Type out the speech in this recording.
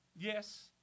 Yes